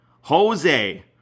Jose